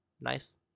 nice